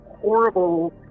horrible